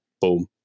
boom